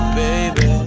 baby